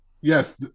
yes